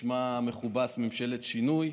בשמה המכובס "ממשלת שינוי",